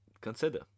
consider